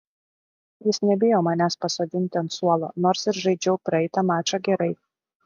jis nebijo manęs pasodinti ant suolo nors ir žaidžiau praeitą mačą gerai